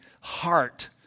heart